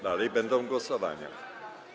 Dalej będą głosowania.